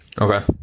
Okay